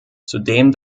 zudem